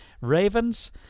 ravens